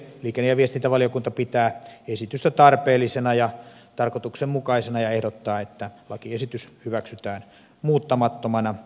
liikenne ja viestintävaliokunta pitää esitystä tarpeellisena ja tarkoituksenmukaisena ja ehdottaa että lakiesitys hyväksytään muuttamattomana